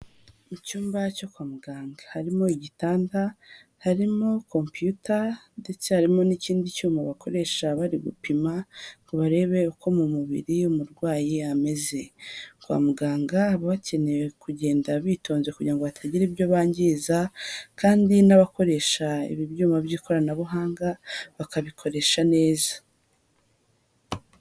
Icyumba cyo kwa muganga harimo igitanda, harimo computer ndetse harimo n'ikindi cyuma bakoresha bari gupima ngo barebe uko mu mubiri umurwayi ameze, kwa muganga baba bakeneye kugenda bitonze kugira ngo batagira ibyo bangiza kandi n'abakoresha ibyuma by'ikoranabuhanga bakabikoresha neza.